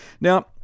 Now